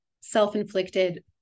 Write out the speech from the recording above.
self-inflicted